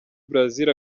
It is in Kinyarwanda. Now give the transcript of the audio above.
brazil